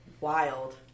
wild